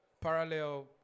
parallel